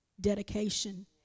dedication